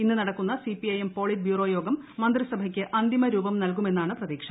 ഇന്ന് നടക്കുന്ന CPIM politburo യോഗം മന്ത്രിസഭയ്ക്ക് അന്തിമരൂപം നൽകുമെന്നാണ് പ്രതീക്ഷ